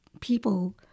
people